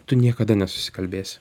tu niekada nesusikalbėsi